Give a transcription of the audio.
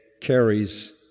carries